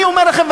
אני אומר לכם,